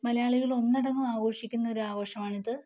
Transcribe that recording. മലയാളികൾ ഒന്നടങ്കം ആഘോഷിക്കുന്ന ഒരാഘോഷമാണിത്